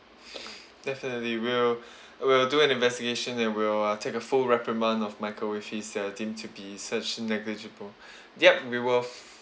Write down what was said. definitely we'll uh we'll do an investigation and we'll uh take a full reprimand of michael with his uh deemed to be such a negligible ya we will